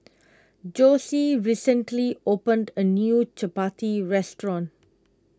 Josie recently opened a new Chappati restaurant